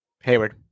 Hayward